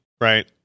right